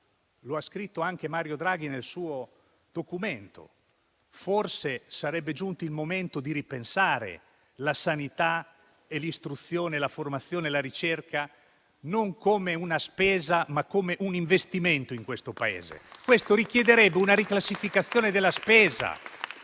come ha scritto anche Mario Draghi nel suo documento, forse sarebbe giunto il momento di ripensare la sanità e l'istruzione, la formazione e la ricerca non come una spesa, ma come un investimento in questo Paese. Questo richiederebbe una riclassificazione della spesa.